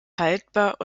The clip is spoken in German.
haltbar